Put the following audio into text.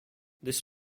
this